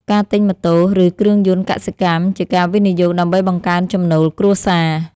ការទិញម៉ូតូ ឬគ្រឿងយន្តកសិកម្ម ជាការវិនិយោគដើម្បីបង្កើនចំណូលគ្រួសារ។